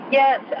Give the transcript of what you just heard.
yes